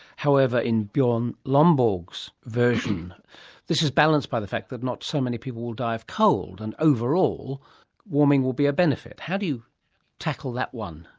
however, in bjorn lomborg's version this is balanced by the fact that not so many people will die of cold and overall warming will be a benefit. how do you tackle that one?